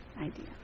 idea